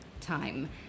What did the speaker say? time